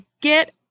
get